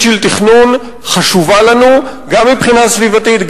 של תכנון חשובה לנו גם מבחינה סביבתית,